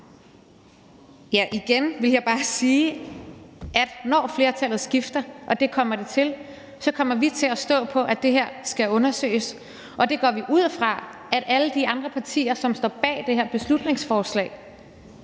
Igen vil jeg bare sige, at når flertallet skifter, og det kommer det til, så kommer vi til at stå på, at det her skal undersøges, og det går vi ud fra at alle de andre partier, som står bag det her beslutningsforslag